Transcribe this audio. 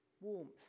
warmth